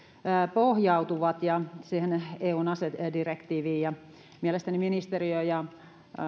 pohjautuvat eli siihen eun asedirektiiviin mielestäni ministeriö ja